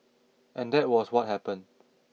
and that was what happened